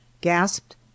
gasped